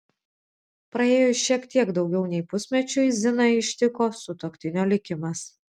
praėjus šiek tiek daugiau nei pusmečiui ziną ištiko sutuoktinio likimas